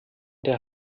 der